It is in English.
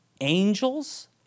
Angels